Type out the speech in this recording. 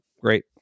great